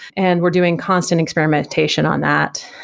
and we're doing constant experimentation on that.